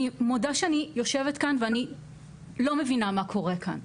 אני מודה שאני יושבת כאן ואני לא מבינה מה קורה כאן.